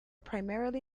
primarily